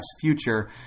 future